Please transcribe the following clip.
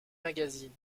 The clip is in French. magazine